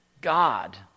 God